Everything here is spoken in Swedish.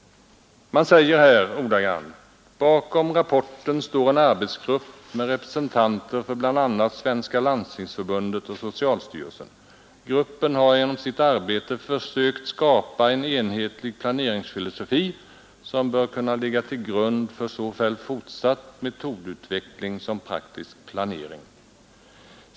Man säger här ordagrant: ”Bakom rapporten står en arbetsgrupp med representanter för bl.a. Svenska landstingsförbundet och socialstyrelsen. Gruppen har genom sitt arbete försökt skapa en enhetlig planeringsfilosofi som bör kunna ligga till grund för såväl fortsatt metodutveckling som praktisk planering.